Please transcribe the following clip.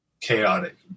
chaotic